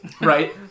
right